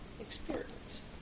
experience